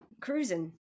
cruising